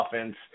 offense